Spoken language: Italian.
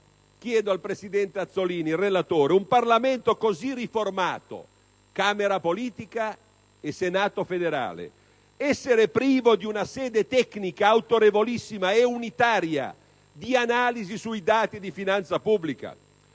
del provvedimento in esame, se un Parlamento così riformato, Camera politica e Senato federale, possa essere privo di una sede tecnica autorevolissima e unitaria di analisi sui dati di finanza pubblica.